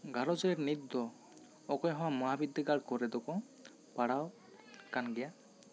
ᱜᱷᱟᱸᱨᱚᱡᱽ ᱨᱮ ᱱᱤᱛ ᱫᱚ ᱚᱠᱚᱭ ᱦᱚᱸ ᱢᱟᱦᱟ ᱵᱤᱫᱫᱟᱹᱜᱟᱲ ᱠᱚᱨᱮ ᱫᱚᱠᱚ ᱯᱟᱲᱟᱣ ᱟᱠᱟᱱ ᱜᱮᱭᱟ